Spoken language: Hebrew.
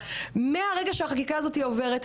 מהרגע שהחקיקה הזאתי עוברת,